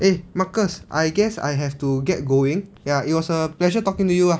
eh marcus I guess I have to get going ya it was a pleasure talking to you ah